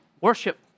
worship